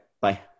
bye